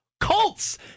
Colts